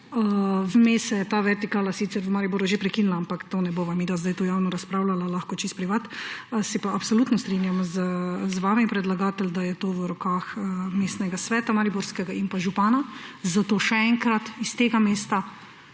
Vmes se je ta vertikala sicer v Mariboru že prekinila, ampak o tem ne bova midva zdaj tu javno razpravljala, lahko čisto privatno, se pa absolutno strinjam z vami, predlagatelj, da je to v rokah mariborskega mestnega sveta in pa župana, zato še enkrat iz tega mesta